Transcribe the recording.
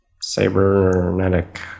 Cybernetic